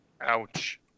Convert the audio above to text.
Ouch